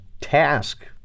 task